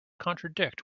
contradict